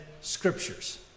scriptures